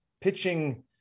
pitching